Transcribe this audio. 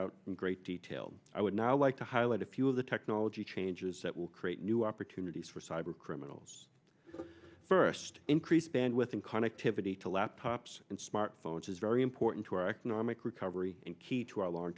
out in great detail i would now like to highlight a few of the technology changes that will create new opportunities for cyber criminals first increased bandwidth and conic tippity to laptops and smartphones is very important to our economic recovery in key to our long